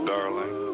Darling